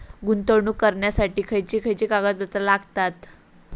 गुंतवणूक करण्यासाठी खयची खयची कागदपत्रा लागतात?